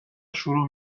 شروع